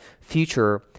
future